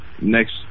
next